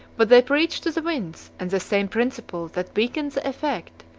but they preached to the winds, and the same principle that weakened the effect,